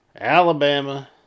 Alabama